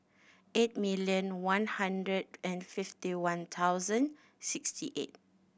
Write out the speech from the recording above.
eight million one hundred and fifty one thousand sixty eight